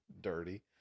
dirty